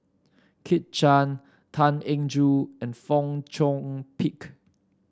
Kit Chan Tan Eng Joo and Fong Chong Pik